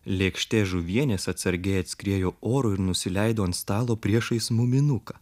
lėkštė žuvienės atsargiai atskriejo oru ir nusileido ant stalo priešais muminuką